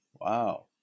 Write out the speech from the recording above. wow